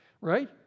right